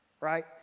right